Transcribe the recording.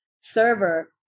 server